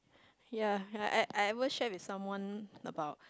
ya I I I ever share with someone about